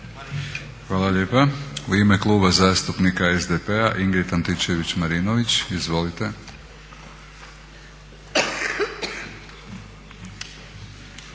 Hvala lijepa. U ime Kluba zastupnika SDP-a Ingrid Antičević-Marinović. Izvolite.